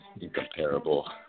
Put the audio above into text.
Incomparable